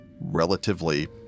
relatively